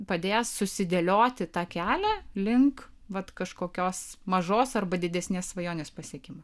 padės susidėlioti tą kelią link vat kažkokios mažos arba didesnės svajonės pasiekimo